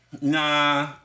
Nah